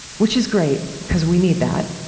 which is great, because we need that.